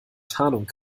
tarnung